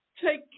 Take